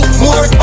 more